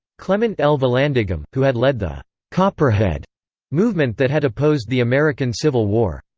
clement l. vallandigham, who had led the copperhead movement that had opposed the american civil war.